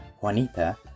Juanita